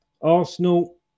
Arsenal